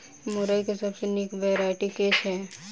मुरई केँ सबसँ निक वैरायटी केँ छै?